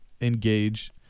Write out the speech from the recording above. engage